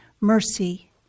mercy